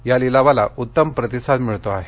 या लिलावाला उत्तम प्रतिसाद मिळतो आहे